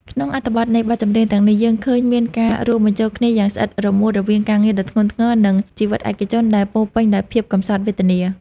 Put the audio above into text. ក្នុងអត្ថន័យនៃបទចម្រៀងទាំងនេះ យើងឃើញមានការរួមបញ្ចូលគ្នាយ៉ាងស្អិតរមួតរវាងការងារដ៏ធ្ងន់ធ្ងរ និងជីវិតឯកជនដែលពោរពេញដោយភាពកំសត់វេទនា។